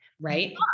Right